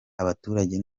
abaturage